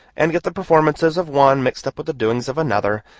and get the performances of one mixed up with the doings of another,